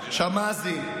שמ"זים.